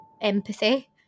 empathy